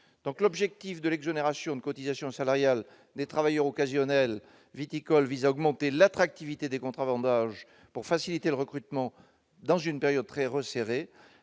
le législateur ». L'exonération de cotisations salariales des travailleurs occasionnels viticoles vise à augmenter l'attractivité des contrats vendanges afin de faciliter le recrutement dans une période très resserrée.